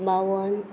बावन